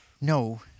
No